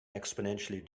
exponentially